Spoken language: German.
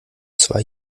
zwei